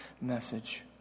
message